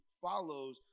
follows